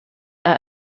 are